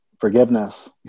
forgiveness